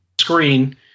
screen